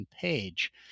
page